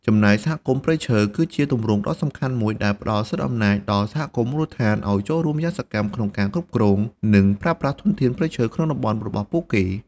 ចំណែកសហគមន៍ព្រៃឈើ គឺជាទម្រង់ដ៏សំខាន់មួយដែលផ្ដល់សិទ្ធិអំណាចដល់សហគមន៍មូលដ្ឋានឱ្យចូលរួមយ៉ាងសកម្មក្នុងការគ្រប់គ្រង និងប្រើប្រាស់ធនធានព្រៃឈើក្នុងតំបន់របស់ពួកគេ។